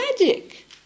magic